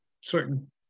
certain